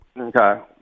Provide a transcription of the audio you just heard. Okay